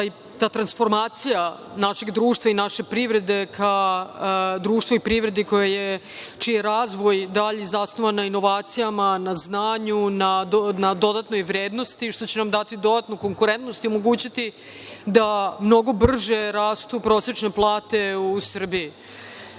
ta transformacija našeg društva i naše privrede ka društvu i privredi čiji je razvoj i dalje zasnovan na inovacijama, znanju na dodatnoj vrednosti, što će nam dati dodatnu konkurentnost i omogućiti da mnogo brže rastu prosečne plate u Srbiji. Da